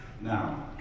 Now